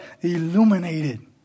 Illuminated